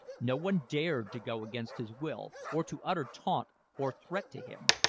no one dared to go against his will, or to utter taunt or threat to him.